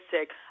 sick